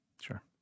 sure